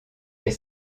est